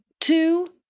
two